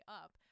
up